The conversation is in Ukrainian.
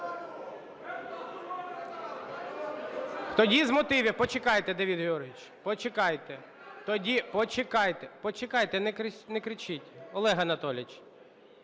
Тоді з мотивів. Почекайте, Давиде Георгійовичу, почекайте. Тоді… Почекайте, почекайте, не кричить. Олег Анатолійович,